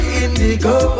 indigo